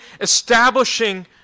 establishing